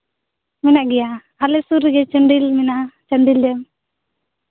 ᱢᱮᱱᱟᱜ ᱜᱮᱭᱟ ᱟᱞᱮ ᱥᱩᱨ ᱨᱮᱜᱮ ᱪᱟᱱᱰᱤᱞ ᱢᱮᱱᱟᱜᱼᱟ ᱪᱟᱱᱰᱤᱞ ᱨᱮ